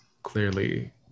clearly